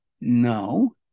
no